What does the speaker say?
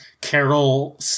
Carol